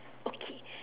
okay